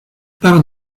part